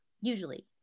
Usually